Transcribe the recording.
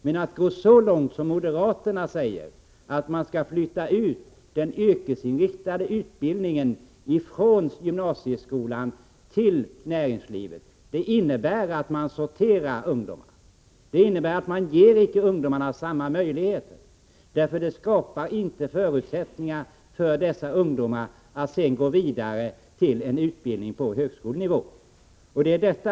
Men att gå så långt som moderaterna vill göra och flytta ut den yrkesinriktade utbildningen från gymnasieskolan till näringslivet, innebär att man sorterar ungdomarna. Ett sådant förfarande innebär att man inte ger ungdomar samma möjligheter. Den utbildningen skapar inte förutsättningar att sedan gå vidare till en utbildning på högskolenivå.